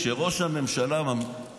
בא חבר הכנסת טרופר ואמר לראש הממשלה: תגיד,